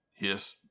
yes